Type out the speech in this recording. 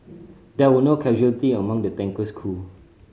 there were no casualty among the tanker's crew